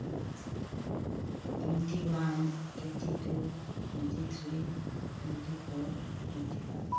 twenty one twenty two twenty three twenty four twenty five